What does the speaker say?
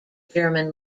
german